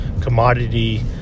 commodity